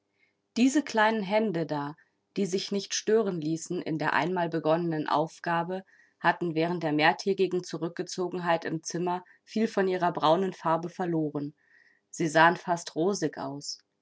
diese kleinen hände da die sich nicht stören ließen in der einmal begonnenen aufgabe hatten während der mehrtägigen zurückgezogenheit im zimmer viel von ihrer braunen farbe verloren sie sahen fast rosig aus